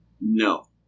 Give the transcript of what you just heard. No